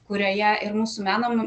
kurioje ir mūsų meno